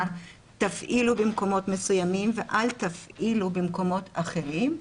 תפעילו במקומות מסוימים ואל תפעילו במקומות אחרים,